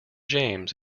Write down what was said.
james